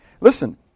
Listen